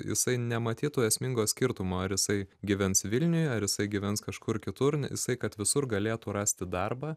jisai nematytų esmingo skirtumo ar jisai gyvens vilniuje ar jisai gyvens kažkur kitur jisai kad visur galėtų rasti darbą